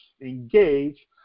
engage